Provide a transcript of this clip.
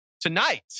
tonight